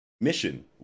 Mission